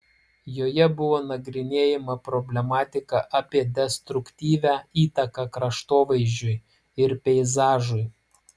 joje buvo nagrinėjama problematika apie destruktyvią įtaką kraštovaizdžiui ir peizažui